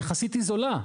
יחסית היא זולה,